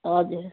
हजुर